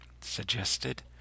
suggested